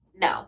no